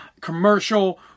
commercial